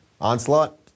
onslaught